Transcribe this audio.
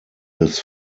des